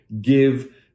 give